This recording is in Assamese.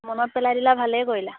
মনত পেলাই দিলা ভালেই কৰিলা